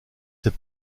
ses